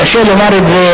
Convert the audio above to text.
קשה לומר את זה,